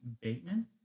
Bateman